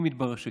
אם יתברר שכן,